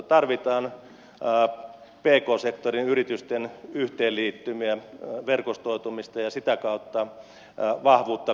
tarvitaan pk sektorin yritysten yhteenliittymiä verkostoitumista ja sitä kautta vahvuutta kansainvälisillä markkinoilla